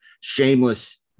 shameless